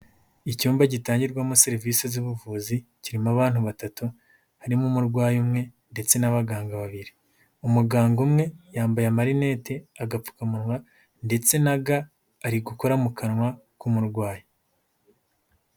Icyumba gitangirwamo serivisi z'ubuvuzi kirimo abantu batatu, harimo umurwayi umwe ndetse n'abaganga babiri, umuganga umwe yambaye amarinete, agapfukamunwa ndetse na ga, ari gukora mu kanwa k'umurwayi.